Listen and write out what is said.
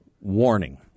Warning